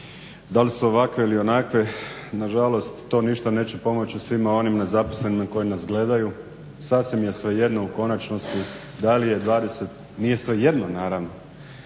da li su ovakve ili onakve nažalost to ništa neće pomoći svima onima nezaposlenima koji nas gledaju. Sasvim je svejedno u konačnosti da li je 20, nije svejedno naravno.